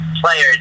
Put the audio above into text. players